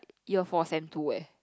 year four Sem two leh